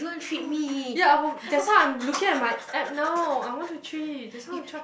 true ya I will that's why I'm looking at my app now I want to treat that's why I'm try